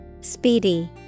speedy